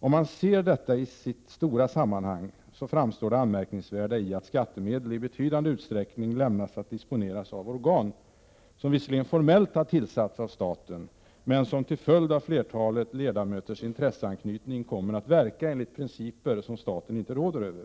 Om man ser detta i sitt stora sammanhang, framstår det anmärkningsvärda i att skattemedel i betydande utsträckning lämnas att disponeras av organ — som visserligen formellt har tillsatts av staten — som till följd av flertalet ledamöters intresseanknytning kommer att verka enligt principer som staten inte råder över.